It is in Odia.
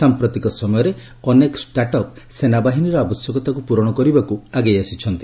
ସାମ୍ପ୍ରତିକ ସମୟରେ ଅନେକ ଷ୍ଟାର୍ଟ ଅପ୍ ସେନାବାହିନୀର ଆବଶ୍ୟକତାକୁ ପୂରଣ କରିବାକୁ ଆଗେଇ ଆସିଛନ୍ତି